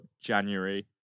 January